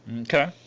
Okay